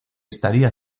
estaría